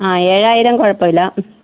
ആ ഏഴായിരം കുഴപ്പമില്ല